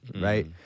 right